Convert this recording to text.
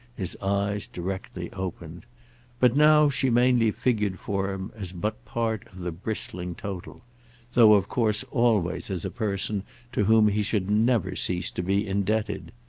his eyes directly opened but now she mainly figured for him as but part of the bristling total though of course always as a person to whom he should never cease to be indebted.